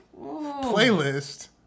playlist